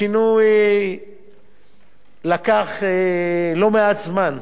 השינוי לקח לא מעט זמן.